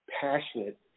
passionate